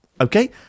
okay